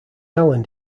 island